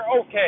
okay